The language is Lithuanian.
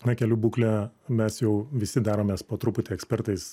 na kelių būklė mes jau visi daromės po truputi ekspertais